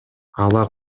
ала